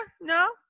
no